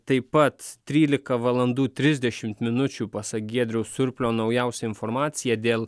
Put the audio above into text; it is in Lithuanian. taip pat trylika valandų trisdešimt minučių pasak giedriaus surplio naujausią informaciją dėl